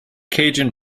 cajun